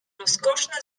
rozkoszne